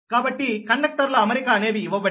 కాబట్టి కండక్టర్ల అమరిక అనేవి ఇవ్వబడినవి